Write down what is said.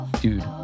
Dude